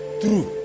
true